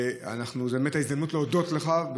וזאת באמת ההזדמנות להודות לך.